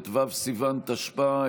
ט"ו בסיוון התשפ"א,